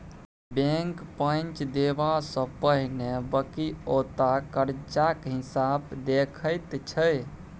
bank पैंच देबा सँ पहिने बकिऔता करजाक हिसाब देखैत छै